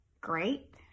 great